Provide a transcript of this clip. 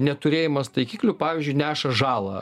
neturėjimas taikiklių pavyzdžiui neša žalą